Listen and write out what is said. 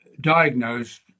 diagnosed